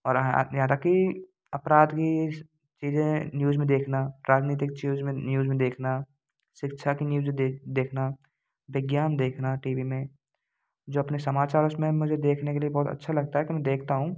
और हाँ यहाँ तक कि अपराध की चीज़ें न्यूज में देखना राजनीतिक च्यूज में न्यूज में देखना शिक्षा की न्यूज देख देखना विज्ञान देखना टी वी में जो अपने समाचार उसमें मुझे देखने के लिए बहुत अच्छा लगता है कि मैं देखता हूँ